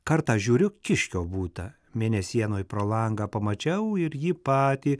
kartą žiūriu kiškio būta mėnesienoj pro langą pamačiau ir jį patį